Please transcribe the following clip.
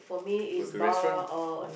go to restaurant ah